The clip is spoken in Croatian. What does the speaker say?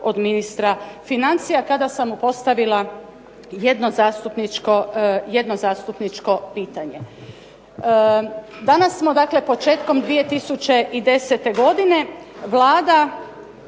od ministra financija kada sam mu postavila jedno zastupničko pitanje. Danas smo dakle početkom 2010. godine, Vlada